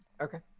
okay